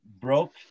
broke